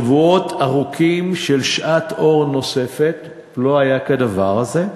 שבועות ארוכים של שעת אור נוספת, לא היה כדבר הזה.